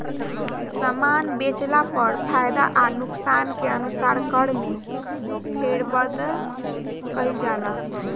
सामान बेचला पर फायदा आ नुकसान के अनुसार कर में फेरबदल कईल जाला